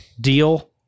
deal